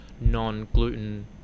non-gluten